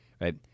right